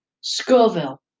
Scoville